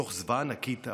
בתוך זוועה ענקית,